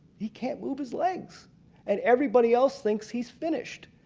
he can't move his legs and everybody else thinks he's finished.